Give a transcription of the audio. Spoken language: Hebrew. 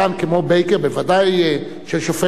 בוודאי של שופט בית-המשפט העליון.